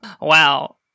wow